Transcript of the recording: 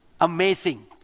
Amazing